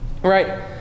right